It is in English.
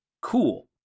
Cool